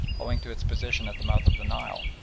owing to its position at the mouth of the nile,